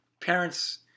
parents